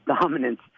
dominance